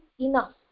enough